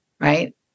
right